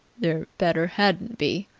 there better hadn't be!